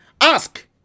Ask